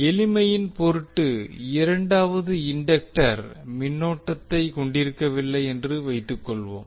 எளிமையின் பொருட்டு இரண்டாவது இண்டக்டர் மின்னோட்டத்தைக் கொண்டிருக்கவில்லை என்று வைத்துக் கொள்வோம்